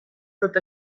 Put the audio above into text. tot